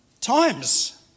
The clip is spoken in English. times